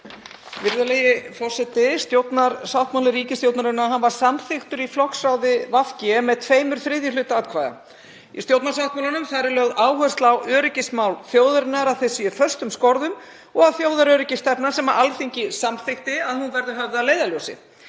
Virðulegi forseti. Stjórnarsáttmáli ríkisstjórnarinnar var samþykktur í flokksráði VG með tveimur þriðju hluta atkvæða. Í stjórnarsáttmálanum er lögð áhersla á öryggismál þjóðarinnar, að þau séu í föstum skorðum og að þjóðaröryggisstefnan sem Alþingi samþykkti verði höfð að leiðarljósi.